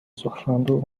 surfando